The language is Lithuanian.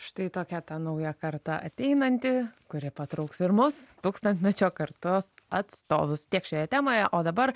štai tokia ta nauja karta ateinanti kuri patrauks ir mus tūkstantmečio kartos atstovus tiek šioje temoje o dabar